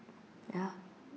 ya